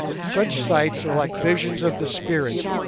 such sights are like visions of the spirit